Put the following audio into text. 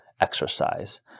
exercise